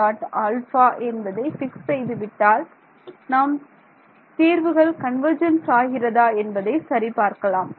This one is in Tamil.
α என்பதை பிக்ஸ் செய்து விட்டால் நாம் தீர்வுகள் கன்வர்ஜென்ஸ் ஆகிறதா என்பதை சரி பார்க்கலாம்